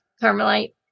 Carmelite